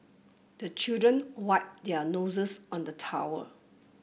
the children wipe their noses on the towel